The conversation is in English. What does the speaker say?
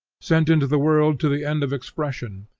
sent into the world to the end of expression,